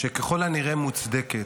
שככל הנראה מוצדקת,